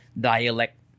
dialect